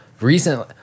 recently